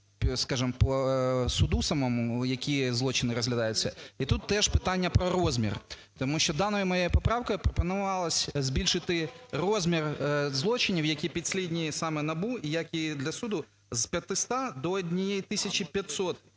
скажем, по суду самому, які злочини розглядаються. І тут теж питання про розмір. Тому що даною моєю поправкою пропонувалося збільшити розмір злочинів, які підслідні саме НАБУ і як і для суду з 500 до 1